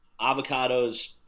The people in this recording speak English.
Avocados